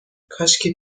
کاشکی